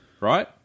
right